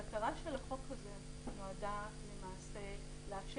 המטרה של החוק הזה נועדה למעשה לאפשר